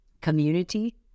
community